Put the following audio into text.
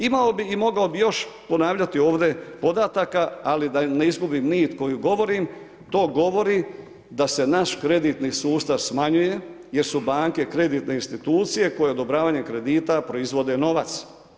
Imao bih i mogao bih još ponavljati ovdje podataka, ali da ne izgubim nit koju govorim to govori da se naš kreditni sustav smanjuje jer su banke kreditne institucije koje odobravanjem kredita proizvode novac.